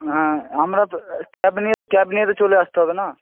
হ্যাঁ আমরা তো ক্যাব নিয়ে তো ক্যাব নিয়ে তো চলে আসতে হবে না